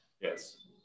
Yes